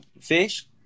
fish